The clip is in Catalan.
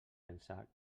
pensar